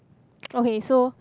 okay so